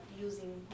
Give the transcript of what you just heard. using